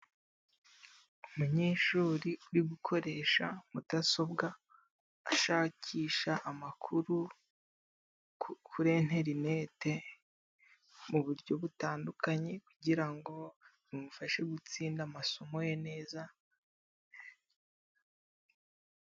Umunyeshuri uri gukoresha mudasobwa ,ashakisha amakuru kuri interineti mu buryo butandukanye ,kugira ngo bimufashe gutsinda amasomo ye neza.